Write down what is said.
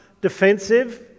defensive